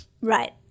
right